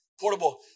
Portable